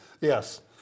Yes